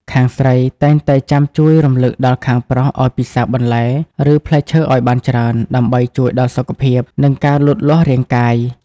ខាងស្រីតែងតែចាំជួយរំលឹកដល់ខាងប្រុសឱ្យពិសារបន្លែ ឬផ្លែឈើឱ្យបានច្រើន ដើម្បីជួយដល់សុខភាព និងការលូតលាស់រាងកាយ។